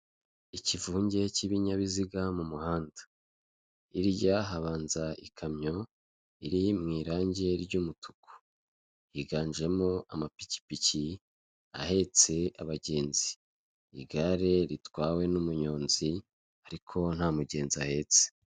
Ikivunge cy'ibinyabiziga mu muhanda hirya habanza ikamyo iri mu irangi ry'umutuku, higanjemo amapikipiki ahetse abagenzi igare ritwawe n'umuyonzi ariko nta mugenzi ahetse.